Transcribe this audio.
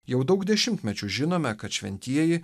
jau daug dešimtmečių žinome kad šventieji